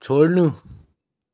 छोड्नु